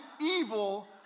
evil